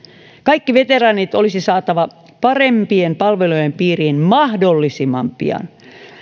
kaikki veteraanit olisi saatava parempien palvelujen piiriin mahdollisimman pian